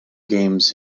games